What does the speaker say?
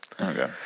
Okay